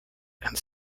and